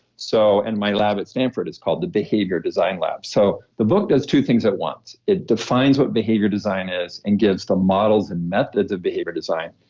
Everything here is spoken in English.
so and my lab at stanford is called the behavior design lab so the book does two things at once. it defines what behavior design is and gives the models and methods of behavior design.